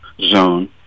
zone